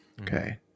okay